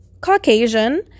Caucasian